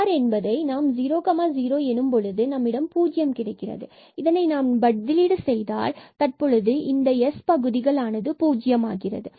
R என்பது 00 எனும் பொழுது 0 கிடைக்கிறது இதை நாம் பதிலீடு செய்தால் நமக்கு தற்பொழுது இந்த s பகுதிகள் ஆனது 0 ஆகிறது